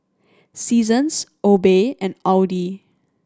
Seasons Obey and Audi